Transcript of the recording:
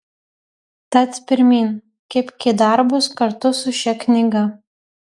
tad pirmyn kibk į darbus kartu su šia knyga